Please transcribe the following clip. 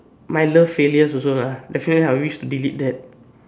my love failures also lah definitely I wish to delete that